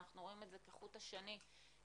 ואנחנו רואים את זה כחוט השני כאן,